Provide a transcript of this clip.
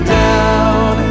down